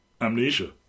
amnesia